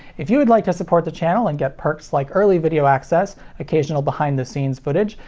if you would like to support the channel and get perks like early video access, occasional behind-the-scenes but yeah